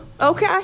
okay